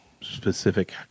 specific